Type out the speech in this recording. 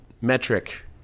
metric